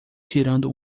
tirando